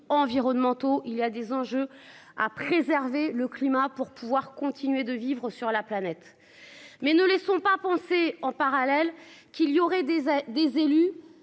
environnementaux. Il y a des enjeux à préserver le climat, pour pouvoir continuer de vivre sur la planète mais ne laissons pas penser en parallèle qu'il y aurait des, des